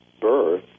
birth